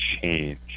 change